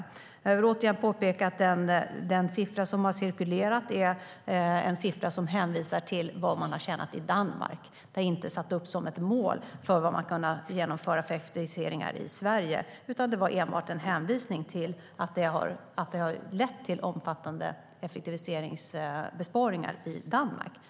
Jag vill återigen påpeka att den siffra som har cirkulerat är en siffra som hänvisar till vad man har tjänat i Danmark. Det är inte satt som ett mål för vad man kan genomföra för effektiviseringar i Sverige. Det var enbart en hänvisning till att det har lett till omfattande effektiviseringsbesparingar i Danmark.